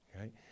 right